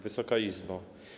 Wysoka Izbo!